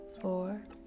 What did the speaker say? four